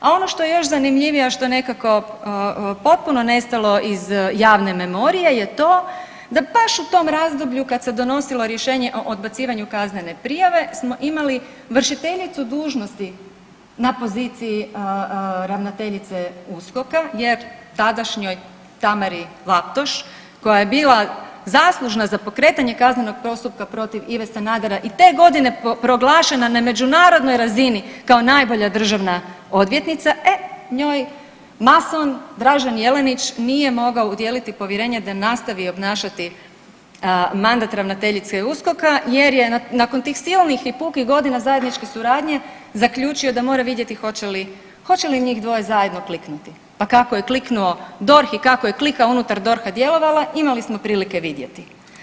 A ono što je još zanimljivije, a što je nekako potpuno nestalo iz javne memorije je to da baš u tom razdoblju kad se donosilo rješenje o odbacivanju kaznene prijave smo imali vršiteljicu dužnosti na poziciji ravnateljice USKOK-a jer tadašnjoj Tamari Laptoš koja je bila zaslužna za pokretanje kaznenog postupka protiv Ive Sanadera i te godine proglašena na međunarodnoj razini kao najbolja državna odvjetnica, e njoj mason Dražen Jelenić nije mogao udijeliti povjerenje da nastavi obnašati mandat ravnateljice USKOK-a jer je nakon tih silnih i pukih godina zajedničke suradnje zaključio da mora vidjeti hoće li, hoće li njih dvoje zajedno kliknuti, pa kako je kliknuo DORH i kako je klika unutar DORH-a djelovala imali smo prilike vidjeti.